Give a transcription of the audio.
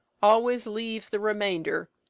always leaves the remainder,